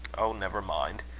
oh! never mind.